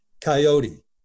coyote